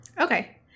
Okay